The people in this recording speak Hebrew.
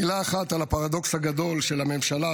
מילה אחת על הפרדוקס הגדול של הממשלה,